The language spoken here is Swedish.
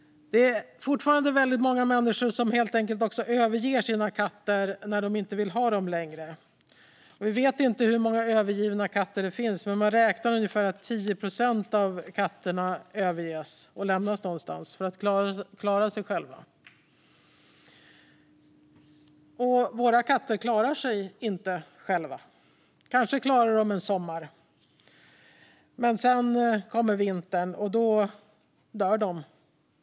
Det är fortfarande väldigt många människor som helt enkelt överger sina katter när de inte vill ha dem längre. Vi vet inte hur många övergivna katter det finns. Men man räknar med att ungefär 10 procent av katterna överges och lämnas någonstans för att klara sig själva. Våra katter klarar sig inte själva. De kanske klarar en sommar. Men sedan kommer vintern, och då dör de.